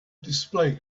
display